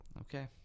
Okay